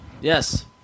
yes